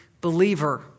believer